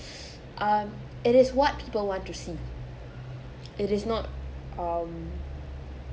um it is what people want to see it is not um